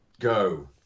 go